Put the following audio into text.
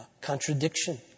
contradiction